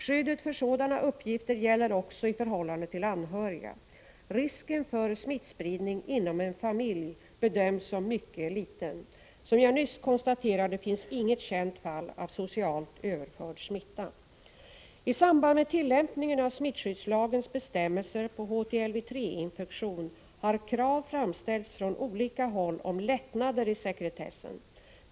Skyddet för sådana uppgifter gäller också i förhållande till anhöriga. Risken för smittspridning inom en familj bedöms som mycket liten. Som jag nyss konstaterade finns inget känt fall av socialt överförd smitta. I samband med tillämpningen av smittskyddslagens bestämmelser på HTLV-III-infektion har krav framställts från olika håll om lättnader i sekretessen.